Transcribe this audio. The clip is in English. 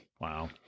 Wow